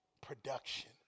production